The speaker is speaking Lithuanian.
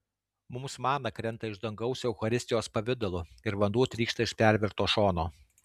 mums mana krenta iš dangaus eucharistijos pavidalu ir vanduo trykšta iš perverto šono